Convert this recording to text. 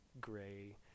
gray